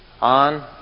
on